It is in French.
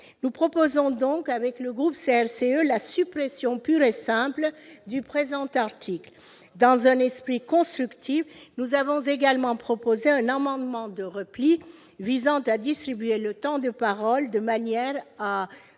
CRCE proposent donc la suppression pure et simple du présent article. Dans un esprit constructif, nous avons également déposé un amendement de repli visant à distribuer le temps de parole de manière à